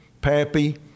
pappy